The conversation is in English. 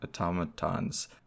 automatons